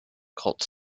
cult